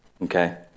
okay